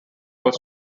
was